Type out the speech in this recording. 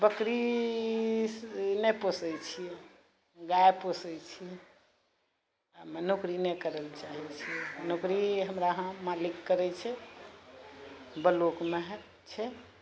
बकरी नहि पोषै छियै गाय पोषै छियै हमरा नौकरी नहि करैले चाहे छियै नौकरी हमरा यहाँ मालिक करै छै ब्लॉकमे है छै